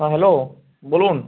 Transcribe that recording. হ্যাঁ হ্যালো বলুন